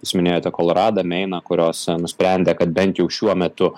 jūs minėjote koloradą meiną kurios nusprendė kad bent jau šiuo metu